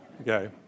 Okay